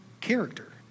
character